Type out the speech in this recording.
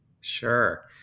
Sure